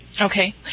Okay